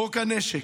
חוק הנשק,